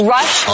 Rush